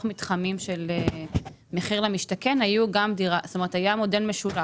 מתחמים של מחיר למשתכן היה מודל משולב.